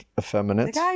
effeminate